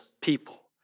people